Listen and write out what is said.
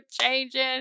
changing